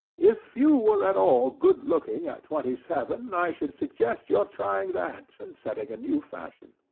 if you were at all good-looking at twenty seven, i should suggest your trying that, and setting a new fashion.